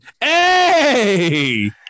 Hey